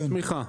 התמיכה.